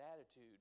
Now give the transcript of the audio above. attitude